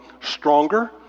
stronger